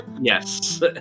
Yes